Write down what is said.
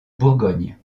bourgogne